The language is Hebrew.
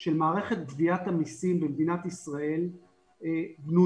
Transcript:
של מערכת גביית המסים במדינת ישראל בנוי